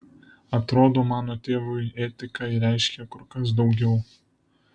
atrodo mano tėvui etika reiškė kur kas daugiau